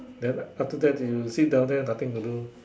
then after that you sit down there nothing to do